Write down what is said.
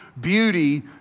beauty